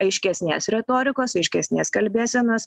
aiškesnės retorikos aiškesnės kalbėsenos